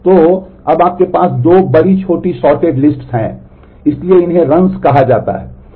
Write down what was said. तो अब आपके पास दो बड़ी छोटी सॉर्टेड लिस्ट्स कहा जाता है